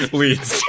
leads